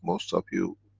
most of you.